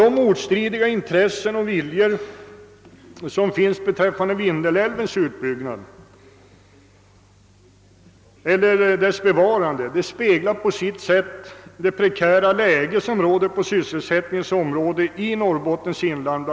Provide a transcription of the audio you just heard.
De motstridiga intressena när det gäller Vindelälvens utbyggnad eller bevarande speglar på sitt sätt det prekära sysselsättningsläget i Norrbottens inland.